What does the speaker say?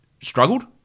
struggled